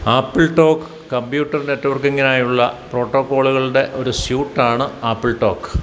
AppleTalk computer നെറ്റ്വർക്കിംഗിനായുള്ള പ്രോട്ടോക്കോളുകളുടെ ഒരു സ്യൂട്ടാണ് ആപ്പിൾടോക്ക്